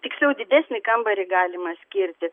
tiksliau didesnį kambarį galima skirti